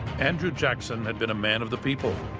andrew jackson had been a man of the people.